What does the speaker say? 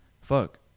Fuck